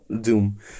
doom